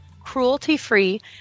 cruelty-free